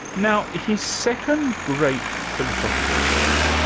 now his second great philosophical work,